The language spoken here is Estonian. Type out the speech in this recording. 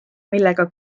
millega